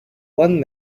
one